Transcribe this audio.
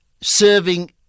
serving